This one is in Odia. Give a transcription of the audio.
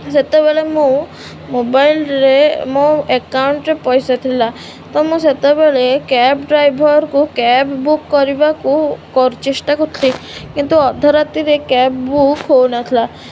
ସେତେବେଳେ ମୁଁ ମୋବାଇଲରେ ମୋ ଆକାଉଣ୍ଟରେ ପଇସା ଥିଲା ତ ମୁଁ ସେତେବେଳେ କ୍ୟାବ୍ ଡ୍ରାଇଭର୍କୁ କ୍ୟାବ୍ ବୁକ୍ କରିବାକୁ ଚେଷ୍ଟା କରୁଥିଲି କିନ୍ତୁ ଅଧରାତିରେ କ୍ୟାବ୍ ବୁକ୍ ହେଉନଥିଲା